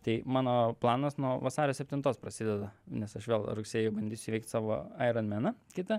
tai mano planas nuo vasario septintos prasideda nes aš vėl rugsėjį bandysiu įveikt savo aironmeną kitą